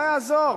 זה לא יעזור,